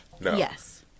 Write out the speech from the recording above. Yes